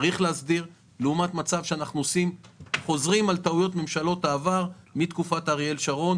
צריך להסדיר ולא לחזור על טעויות ממשלות העבר מאז תקופת אריאל שרון